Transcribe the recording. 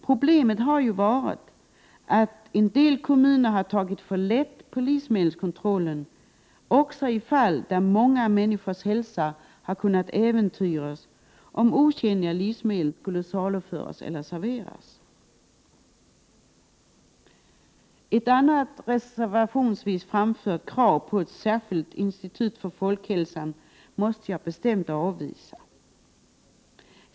Problemet har ju varit att en del kommuner har tagit för lätt på livsmedelskontrollen, också i fall där många människors hälsa kunnat äventyras om otjänliga livsmedel saluförts eller serverats. Ett reservationsvis framfört krav på ett särskilt institut för folkhälsan måste jag bestämt avvisa.